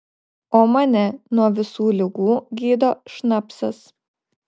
o mane nuo visų ligų gydo šnapsas